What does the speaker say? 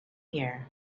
here